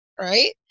right